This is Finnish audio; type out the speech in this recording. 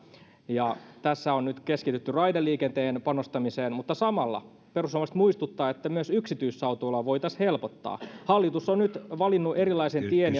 tässä on nyt keskitytty raideliikenteeseen panostamiseen mutta samalla perussuomalaiset muistuttavat että myös yksityisautoilua voitaisiin helpottaa hallitus on nyt valinnut erilaisen tien